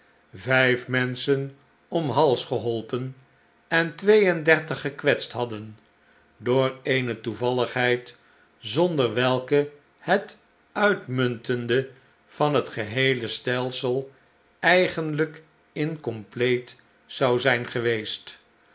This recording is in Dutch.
vijf menschen om hals geholpen en twee en dertig gekwetst hadden door eene toevalligheid zonder welke het uitmuntende van het geheele stelsel eigenlijk incompleet zou zijn geweest